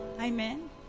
Amen